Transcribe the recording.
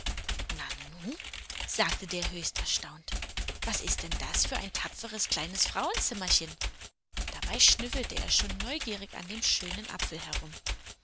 nanu sagte der höchst erstaunt was ist denn das für ein tapferes kleines frauenzimmerchen dabei schnüffelte er schon neugierig an dem schönen apfel herum